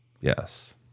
Yes